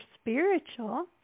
spiritual